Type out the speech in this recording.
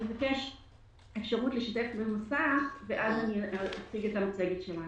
אבקש אפשרות לשתף במסך ואז אציג את המצגת שלנו.